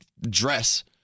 dress